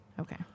Okay